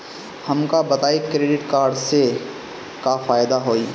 हमका बताई credit card से का फायदा होई?